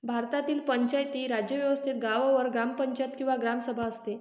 भारतातील पंचायती राज व्यवस्थेत गावावर ग्रामपंचायत किंवा ग्रामसभा असते